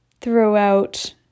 throughout